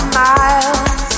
miles